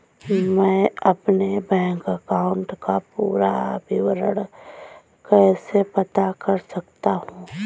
मैं अपने bank account का पूरा विवरण कैसे पता कर सकता हूँ?